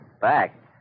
Back